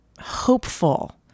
hopeful